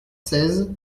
seize